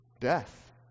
Death